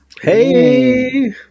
Hey